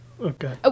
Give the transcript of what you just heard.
okay